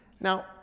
Now